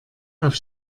auf